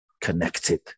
connected